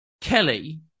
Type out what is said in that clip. Kelly